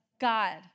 God